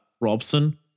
Robson